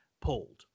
pulled